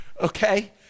okay